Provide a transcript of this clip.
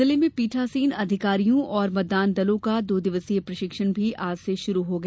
जिले में पीठासीन अधिकारियों और मतदान दलों का दो दिवसीय प्रशिक्षण भी आज से शुरू हो गया